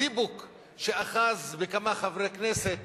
הדיבוק שאחז בכמה חברי כנסת